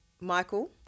Michael